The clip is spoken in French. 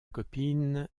copine